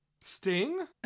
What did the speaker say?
Sting